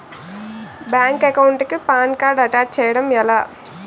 Bank account కి PAN card attach చేయడం ఎలా?